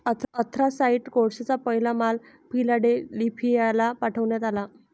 anthracite कोळशाचा पहिला माल फिलाडेल्फियाला पाठविण्यात आला